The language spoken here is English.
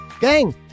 Gang